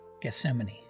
Gethsemane